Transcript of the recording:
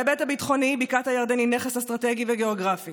בהיבט הביטחוני בקעת הירדן היא נכס אסטרטגי וגיאוגרפי